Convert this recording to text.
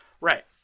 Right